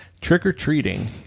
trick-or-treating